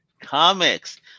Comics